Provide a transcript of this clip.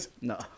No